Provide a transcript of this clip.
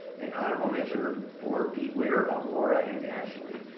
and honorable mention for beware of laura and ashley.